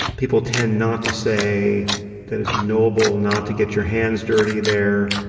people tend not to say that it's noble not to get your hands dirty there.